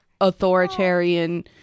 authoritarian